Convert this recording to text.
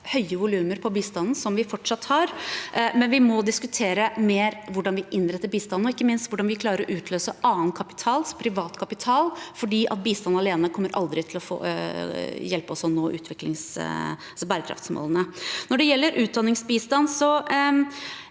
høyt volum på bistanden, som vi fortsatt har, men vi må diskutere mer hvordan vi innretter bistanden, og ikke minst hvordan vi klarer å utløse annen kapital, privat kapital, fordi bistand alene kommer aldri til å hjelpe oss til å nå bærekraftsmålene. Når det gjelder utdanningsbistand, er